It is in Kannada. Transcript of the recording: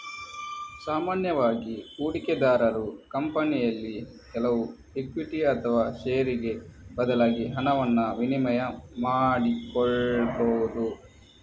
ಸಾಮಾನ್ಯವಾಗಿ ಹೂಡಿಕೆದಾರರು ಕಂಪನಿಯಲ್ಲಿ ಕೆಲವು ಇಕ್ವಿಟಿ ಅಥವಾ ಷೇರಿಗೆ ಬದಲಾಗಿ ಹಣವನ್ನ ವಿನಿಮಯ ಮಾಡಿಕೊಳ್ಬಹುದು